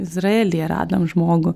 izraelyje radom žmogų